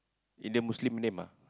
Indian Muslim name ah